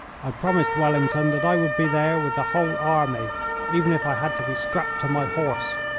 i promised wellington that i would be there with the whole army even if i had to be strapped to my horse.